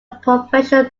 professional